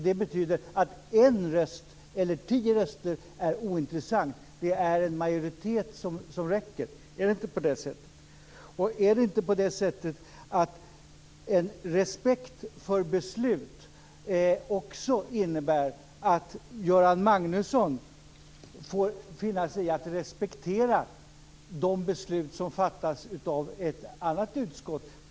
Det betyder att det är ointressant om det är en röst eller tio röster. Det räcker med en majoritet. Är det inte på det sättet? Och är det inte på det sättet att en respekt för beslut också innebär att Göran Magnusson får finna sig i att respektera de beslut som fattas av ett annat utskott?